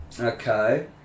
Okay